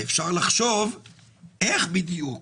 אפשר לחשוב איך בדיוק